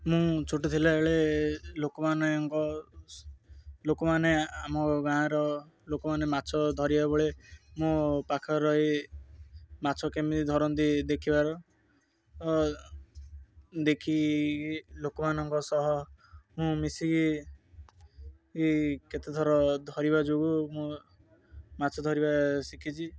ମୁଁ ଛୋଟ ଥିଲା ଲୋକମାନଙ୍କ ଲୋକମାନେ ଆମ ଗାଁର ଲୋକମାନେ ମାଛ ଧରିବାବେଳେ ମୋ ପାଖରେ ରହି ମାଛ କେମିତି ଧରନ୍ତି ଦେଖିବାର ଦେଖିକି ଲୋକମାନଙ୍କ ସହ ମୁଁ ମିଶିକି କେତେ ଥର ଧରିବା ଯୋଗୁଁ ମୁଁ ମାଛ ଧରିବା ଶିଖିଛି